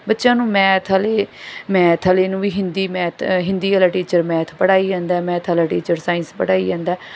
ਬੱਚਿਆਂ ਨੂੰ ਮੈਥ ਵਾਲੇ ਮੈਥ ਵਾਲੇ ਨੂੰ ਵੀ ਹਿੰਦੀ ਮੈਥ ਹਿੰਦੀ ਵਾਲਾ ਟੀਚਰ ਮੈਥ ਪੜ੍ਹਾਈ ਜਾਂਦਾ ਹੈ ਮੈਥ ਵਾਲਾ ਟੀਚਰ ਸਾਇੰਸ ਪੜ੍ਹਾਈ ਜਾਂਦਾ ਹੈ